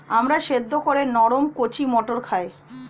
আমরা সেদ্ধ করে নরম কচি মটর খাই